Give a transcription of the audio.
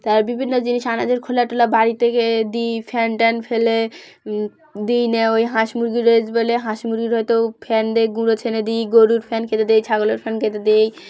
তার বিভিন্ন জিনিস আনাজের খোলা টোলা বাড়ি থেকে দিই ফ্যান ট্যান ফেলে দিই নিয়ে হাঁস মুরগির রইস বলে হাঁস মুরগির হয়তো ফ্যান দ গুঁড়ো ছেনে দিই গরুর ফ্যান কেটে দিই ছাগলের ফ্যান কেটে দিই